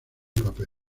papel